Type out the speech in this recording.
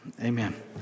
Amen